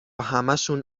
همشون